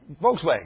Volkswagen